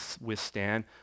withstand